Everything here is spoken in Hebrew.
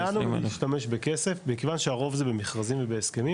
אנחנו נמענו מלהשתמש בכסף מכיוון שהרוב זה במכרזים ובהסכמים,